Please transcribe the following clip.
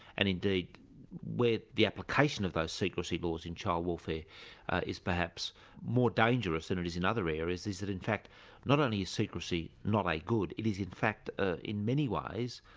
and indeed where the application of those secrecy laws in child welfare is perhaps more dangerous than it is in other areas, is that in fact not only is secrecy not a good, it is in fact ah in many ways,